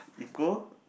equal